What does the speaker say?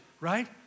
right